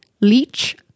leech